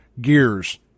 Gears